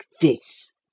this